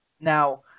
Now